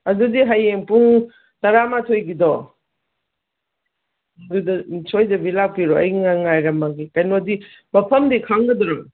ꯑꯗꯨꯗꯤ ꯍꯌꯦꯡ ꯄꯨꯡ ꯇꯔꯥꯃꯥꯊꯣꯏꯒꯤꯗꯣ ꯑꯗꯨꯗ ꯁꯣꯏꯗꯕꯤ ꯂꯥꯛꯄꯤꯔꯣ ꯑꯩ ꯉꯥꯏꯔꯝꯃꯒꯦ ꯀꯩꯅꯣꯗꯤ ꯃꯐꯝꯗꯤ ꯈꯪꯒꯗ꯭ꯔꯣ